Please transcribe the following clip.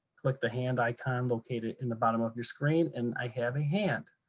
click the hand icon located in the bottom of your screen, and i have a hand,